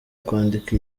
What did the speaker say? kwandika